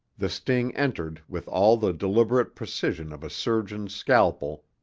the sting entered with all the deliberate precision of a surgeon's scalpel,